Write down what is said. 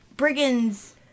brigands